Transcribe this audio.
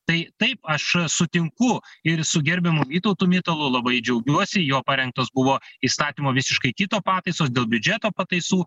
tai taip aš sutinku ir su gerbiamu vytautu mitalu labai džiaugiuosi jo parengtos buvo įstatymo visiškai kito pataisos dėl biudžeto pataisų